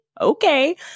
okay